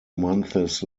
months